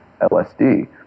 LSD